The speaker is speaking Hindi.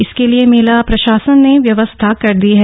इसके लिए मेला प्रशासन ने व्यवस्था कर दी है